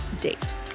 date